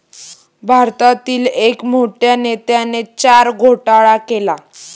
भारतातील एक मोठ्या नेत्याने चारा घोटाळा केला